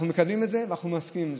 אנחנו מקבלים את זה ואנחנו מסכימים לזה,